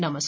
नमस्कार